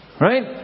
Right